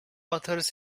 authors